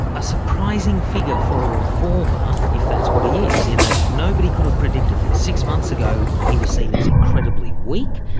a surprising figure for a reformer, if that's what he is, in that nobody could have predicted this. six months ago, he was seen as incredibly weak.